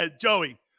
Joey